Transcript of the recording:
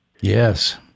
Yes